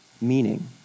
meaning